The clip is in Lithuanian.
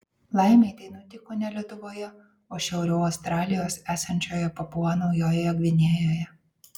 laimei tai nutiko ne lietuvoje o šiauriau australijos esančioje papua naujojoje gvinėjoje